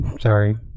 Sorry